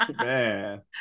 Man